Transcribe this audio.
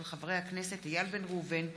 של חברי הכנסת איל בן ראובן,